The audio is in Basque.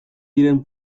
diren